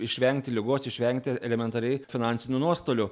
išvengti ligos išvengti elementariai finansinių nuostolių